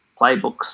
playbooks